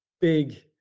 big